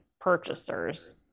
purchasers